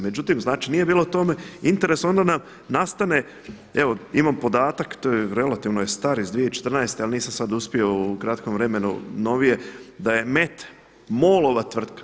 Međutim, znači nije bilo u tome interesa, onda nam nastane, evo, imam podatak, relativno je star iz 2014. ali nisam sada uspio u kratkom vremenu novije da je MET MOL-ova tvrtka.